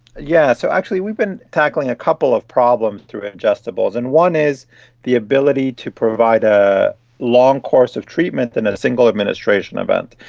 yeah so actually we've been tackling a couple of problems through ingestibles, and one is the ability to provide a long course of treatment in a single administration event.